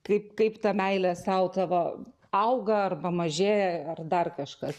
kaip kaip ta meilė sau tavo auga arba mažėja ar dar kažkas